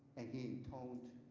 and he intoned,